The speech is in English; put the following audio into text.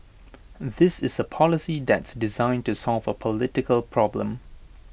this is A policy that's designed to solve A political problem